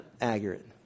accurate